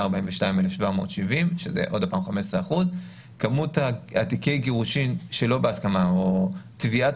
42,770 שזה 15%. כמות תיקי גירושין שלא בהסכמה או תביעת